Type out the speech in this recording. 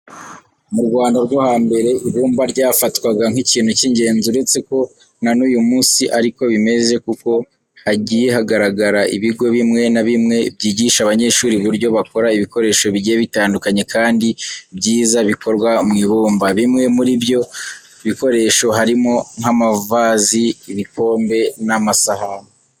Mu Rwanda rwo hambere ibumba ryafatwaga nk'ikintu cy'ingenzi. Uretse ko na n'uyu munsi ari ko bimeze kuko hagiye hagaragara ibigo bimwe na bimwe byigisha abanyeshuri uburyo bakora ibikoresho bigiye bitandukanye kandi byiza bikozwe mu ibumba. Bimwe muri ibyo bikoresho harimo nk'amavazi, ibikombe n'amasahani.